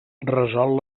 resol